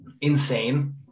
insane